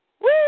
Woo